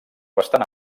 bastant